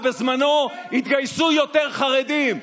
ובזמנו התגייסו יותר חרדים.